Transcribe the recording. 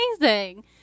amazing